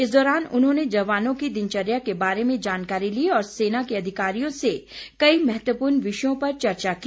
इस दौरान उन्होंने जवानों की दिनचर्या के बारे में जानकारी ली और सेना के अधिकारियों से कई महत्वपूर्ण विषयों पर चर्चा की